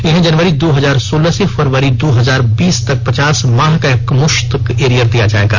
इन्हें जनवरी दो हजार सोलह से फरवरी दो हजार बीस तक पचास माह का एकमुष्त एरियर दिया जायेगा